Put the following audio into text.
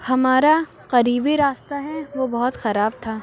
ہمارا قریبی راستہ ہے وہ بہت خراب تھا